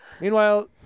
Meanwhile